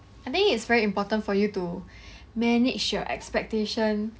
I think it's very important for you to manage your expectation